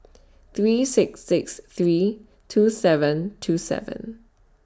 three six six three two seven two seven